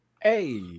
Hey